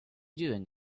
doing